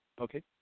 Okay